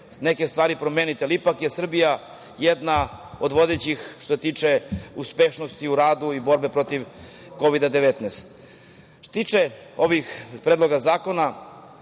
neke stvari promeniti. Ali, ipak je Srbija jedna od vodećih što se tiče uspešnosti u radu i borbe protiv Kovid-19.Što se tiče ovih predloga zakona,